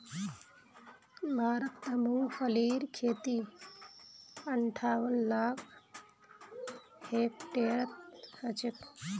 भारतत मूंगफलीर खेती अंठावन लाख हेक्टेयरत ह छेक